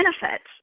benefits